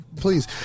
please